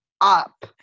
up